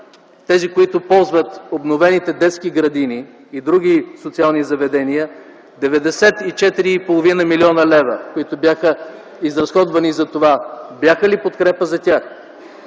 тези, които ползват обновените детски градини и други социални заведения, 94,5 млн. лв., които бяха изразходвани за това, бяха ли подкрепа за тях?